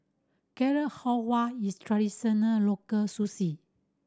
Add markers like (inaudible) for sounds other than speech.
Carrot Halwa is traditional local (unintelligible)